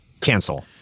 Cancel